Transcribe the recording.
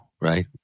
right